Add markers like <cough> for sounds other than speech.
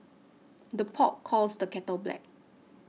<noise> the pot calls the kettle black